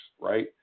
right